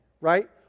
right